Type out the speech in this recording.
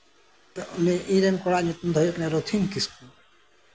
ᱩᱱᱤ ᱤᱧ ᱨᱮᱱ ᱠᱚᱲᱟ ᱟᱜ ᱧᱩᱛᱩᱢ ᱫᱚ ᱦᱩᱭᱩᱜ ᱠᱟᱱᱟ ᱨᱚᱛᱷᱤᱱ ᱠᱤᱥᱠᱩ